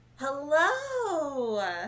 Hello